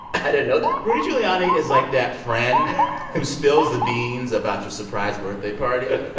i didn't know that rudy giuliani is, like, that friend who spills the beans about your surprise birthday party.